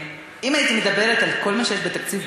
אם הייתי מדברת על כל מה שיש בתקציב,